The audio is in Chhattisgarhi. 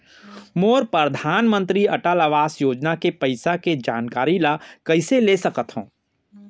मोर परधानमंतरी अटल आवास योजना के पइसा के जानकारी ल कइसे ले सकत हो?